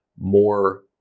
more